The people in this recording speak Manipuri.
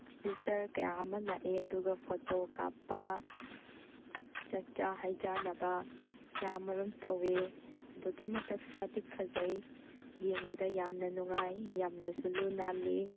ꯚꯤꯗꯤꯁꯇꯔ ꯀꯌꯥ ꯑꯃ ꯂꯥꯛꯑꯦ ꯑꯗꯨꯒ ꯐꯣꯇꯣ ꯀꯥꯞꯄ ꯆꯥꯛꯆꯥ ꯍꯩꯖꯥꯅꯕ ꯀꯌꯥ ꯃꯔꯨꯝ ꯇꯧꯑꯦ ꯑꯗꯨꯛꯀꯤ ꯃꯇꯤꯛ ꯐꯖꯩ ꯌꯦꯡꯕꯗ ꯌꯥꯝꯅ ꯅꯨꯡꯉꯥꯏ ꯌꯥꯝꯅꯁꯨ ꯂꯨ ꯅꯥꯜꯂꯤ